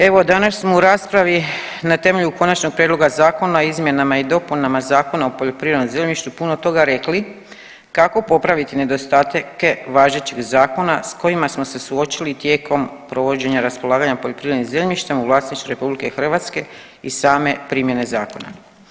Evo danas smo u raspravi na temelju Konačnog prijedloga zakona o izmjenama i dopunama Zakona o poljoprivrednom zemljištu puno toga rekli kako popraviti nedostatke važećeg zakona s kojima smo se suočili tijekom provođenja raspolaganja poljoprivrednim zemljištem u vlasništvu RH i same primjene zakona.